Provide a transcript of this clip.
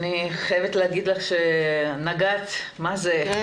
אני חייבת להגיד לך שנגעת מה זה,